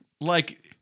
Like-